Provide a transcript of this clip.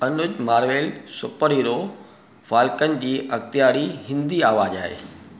Anuj Marvel superhero Falcon जी अख़्तयारी हिंदी आवाज़ु आहे